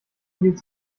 viel